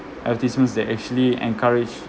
advertisements they actually encourage